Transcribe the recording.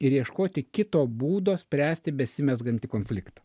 ir ieškoti kito būdo spręsti besimezgantį konfliktą